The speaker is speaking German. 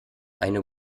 eine